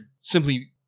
simply